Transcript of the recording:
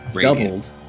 doubled